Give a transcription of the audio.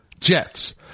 Jets